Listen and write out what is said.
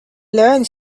learned